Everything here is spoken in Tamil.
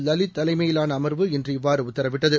லலித் தலைமையிலான அமர்வு இன்று இவ்வாறு உத்தரவிட்டது